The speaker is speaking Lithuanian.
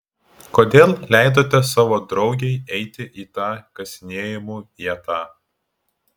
kodėl leidote savo draugei eiti į tą kasinėjimų vietą